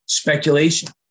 speculation